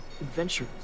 adventure